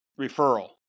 referral